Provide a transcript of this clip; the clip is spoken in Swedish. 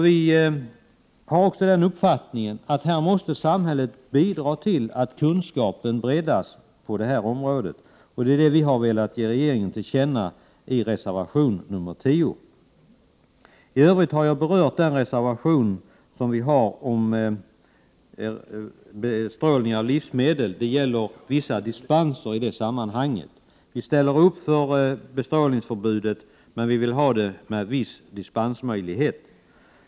Vi anser också att samhället måste bidra till att kunskapen breddas på detta område, vilket vi har velat ge regeringen till känna i reservation 10. I övrigt har jag berört reservationen om dispens när det gäller bestrålning av livsmedel. Vi ställer upp för bestrålningsförbud, men vi vill ha en viss dispensmöjlighet.